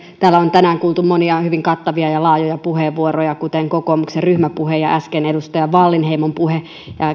täällä on tänään kuultu monia hyvin kattavia ja laajoja puheenvuoroja kuten kokoomuksen ryhmäpuhe ja äsken edustaja wallinheimon puhe